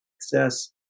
success